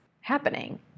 happening